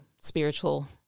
spiritual